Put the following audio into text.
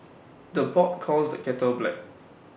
the pot calls the kettle black